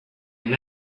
and